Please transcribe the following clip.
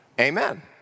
Amen